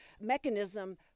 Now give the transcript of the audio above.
mechanism